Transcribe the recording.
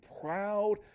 proud